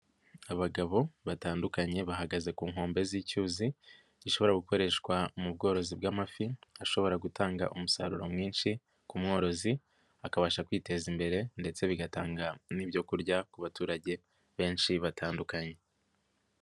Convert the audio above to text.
Agabo batandukanye bahagaze ku nkombe z'icyuzi, gishobora gukoreshwa mu bworozi bw'amafi, ashobora gutanga umusaruro mwinshi ku mworozi, akabasha kwiteza imbere ndetse bigatanga n'ibyo kurya ku baturage benshi batandukanye.